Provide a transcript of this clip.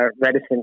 reticent